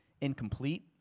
incomplete